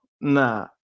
nah